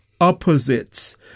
opposites